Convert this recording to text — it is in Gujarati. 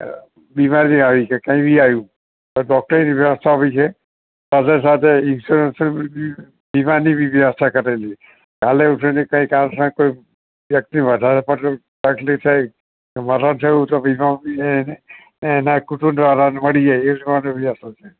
બીમારી આવી છે કઈ બી આવ્યું તો ડૉક્ટરની વ્યવસ્થા આપી છે સાથે સાથે ઈન્સ્યોરન્સ વીમા ની બી વ્યવસ્થા કરેલી છે ચાલે એવું છે અને કઈક આજના કોઈ વ્યક્તિ વધારે પડતું તકલીફ થઈ મરણ થયું એના કુટુંબ વાળાને મળી જાય એ માટે બધી વ્યવસ્થા છે